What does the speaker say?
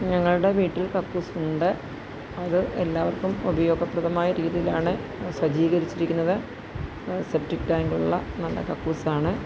ഞങ്ങളുടെ വീട്ടിൽ കക്കൂസ് ഉണ്ട് അത് എല്ലാവർക്കും ഉപയോഗപ്രദമായ രീതിയിലാണ് സജ്ജീകരിച്ചിരിക്കുന്നത് സെപ്റ്റിക് ടാങ്കുള്ള നല്ല കക്കൂസ് ആണ്